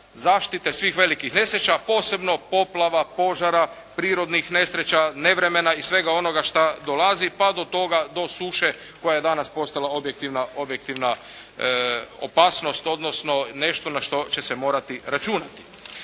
zaštite svih velikih nesreća posebno poplava, požara, prirodnih nesreća, nevremena i svega onoga šta dolazi pa do toga do suše koja je danas postala objektivna opasnost, odnosno nešto na što će se morati računati.